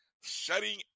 shutting